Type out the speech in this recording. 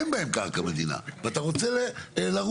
אין בהם קרקע מדינה ואתה רוצה לרוץ,